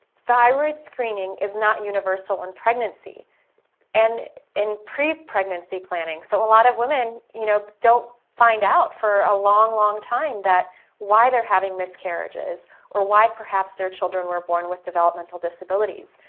thyroid screening is not universal in pregnancy and in pre-pregnancy planning so a lot of women you know don't find out for a long, long time that why they're having miscarriages or why perhaps their children were born with developmental disabilities.